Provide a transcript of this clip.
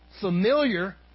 familiar